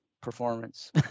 performance